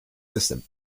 system